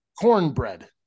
Cornbread